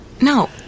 No